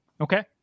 Okay